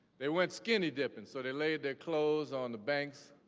they went skinny-dipping, so they laid their clothes on the banks,